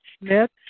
Smith